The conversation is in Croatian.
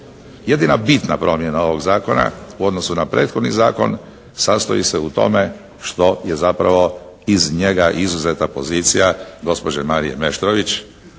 Jedina bitna promjena ovog zakona u odnosu na prethodni zakon sastoji se u tome što je zapravo iz njega izuzeta pozicija gospođe Marije Meštrović